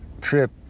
trip